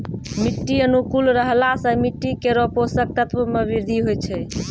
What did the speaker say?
मिट्टी अनुकूल रहला सँ मिट्टी केरो पोसक तत्व म वृद्धि होय छै